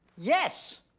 yes,